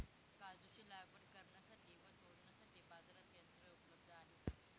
काजूची लागवड करण्यासाठी व तोडण्यासाठी बाजारात यंत्र उपलब्ध आहे का?